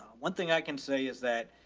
one thing i can say is that,